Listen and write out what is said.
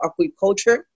aquaculture